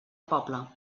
poble